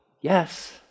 Yes